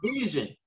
vision